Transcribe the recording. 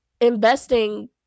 investing